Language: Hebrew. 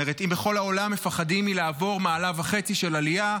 זאת אומרת: אם בכל העולם מפחדים מלעבור מעלה וחצי של עלייה,